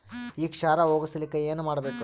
ಈ ಕ್ಷಾರ ಹೋಗಸಲಿಕ್ಕ ಏನ ಮಾಡಬೇಕು?